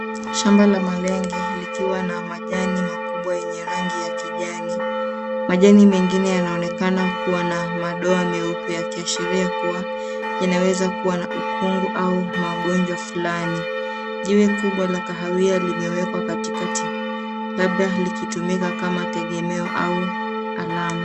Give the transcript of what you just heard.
Shamba la malenge likiwa na majani makubwa yenye rangi ya kijani. Majani engine yanaonekana kuwa na madoa meupe yakiashiria kuwa yanaweza kuwa na ukungu au magonjwa fulani. Jiwe kubwa la kahawia limewekwa katikati labda likitumika kama tegemeo au alama.